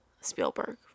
Spielberg